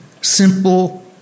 simple